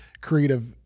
creative